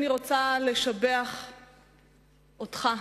אני רוצה לשבח אותך,